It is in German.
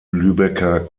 lübecker